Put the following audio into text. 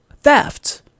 theft